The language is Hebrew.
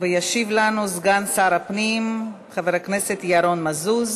וישיב לנו סגן שר הפנים חבר הכנסת ירון מזוז.